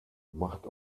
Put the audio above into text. macht